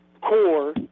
core